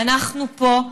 ואנחנו פה,